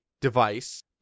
device